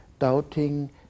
doubting